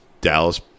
Dallas –